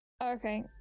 Okay